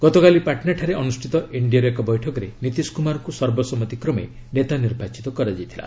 ଗତକାଲି ପାଟନାରେ ଅନୁଷ୍ଠିତ ଏନ୍ଡିଏର ଏକ ବୈଠକରେ ନିତିଶ କୁମାରଙ୍କୁ ସର୍ବସମ୍ମତି କ୍ରମେ ନେତା ନିର୍ବାଚିତ କରାଯାଇଥିଲା